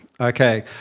Okay